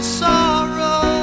sorrow